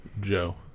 Joe